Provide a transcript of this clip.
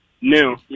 New